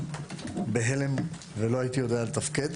הייתי בהלם ולא הייתי יודע לתפקד.